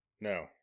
No